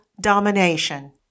domination